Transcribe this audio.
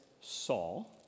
Saul